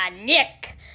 Nick